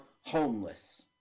homeless